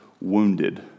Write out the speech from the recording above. wounded